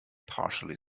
partially